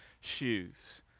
shoes